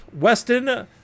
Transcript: weston